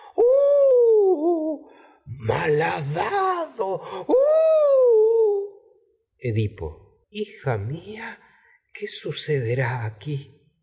ooooh edipo coró hija mía qué sucederá aquí